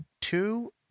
Two